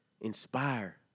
inspire